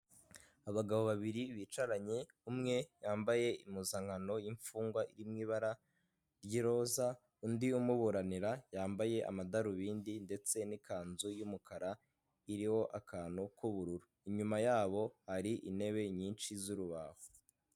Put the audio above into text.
Abagabo babiri bicaranye umwe yambaye impuzankano y'imfungwa mu ibara ry'i roza undi umuburanira yambaye amadarubindi ndetse n'ikanzu y'umukara iriho akantu k'ubururu inyuma yabo hari intebe nyinshi z'urubavu.